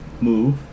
move